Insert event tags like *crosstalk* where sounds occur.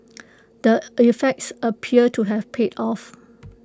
*noise* the efforts appear to have paid off